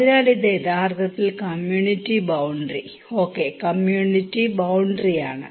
അതിനാൽ ഇത് യഥാർത്ഥത്തിൽ community boundary okay community boundary ആണ്